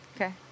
Okay